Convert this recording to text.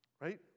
right